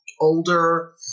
older